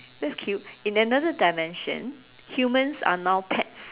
that's cute in another dimension humans are now pets